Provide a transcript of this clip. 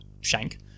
shank